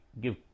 give